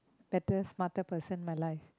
better smarter person in my life